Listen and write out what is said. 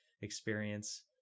experience